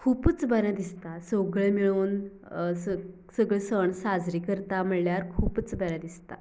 खुबूच बरें दिसता सगळें मिळून सगळें सण साजरें करतां म्हणल्यार खुबूच बरें दिसता